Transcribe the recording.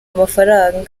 amafaranga